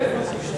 כליאתם של,